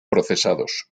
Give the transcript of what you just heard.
procesados